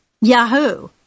Yahoo